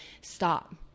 stop